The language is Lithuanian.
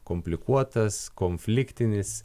komplikuotas konfliktinis